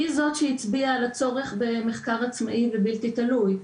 היא זאת שהצביעה על הצורך במחקר עצמאי ובלתי תלוי.